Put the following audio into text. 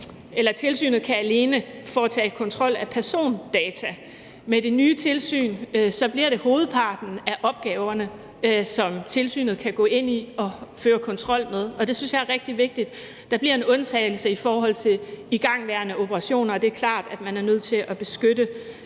sådan, at tilsynet alene kan foretage kontrol af persondata. Med det nye tilsyn bliver det hovedparten af opgaverne, som tilsynet kan gå ind i og føre kontrol med. Det synes jeg er rigtig vigtigt. Der bliver en undtagelse i forhold til igangværende operationer. Det er klart, at man er nødt til at beskytte